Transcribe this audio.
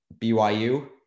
BYU